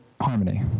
Harmony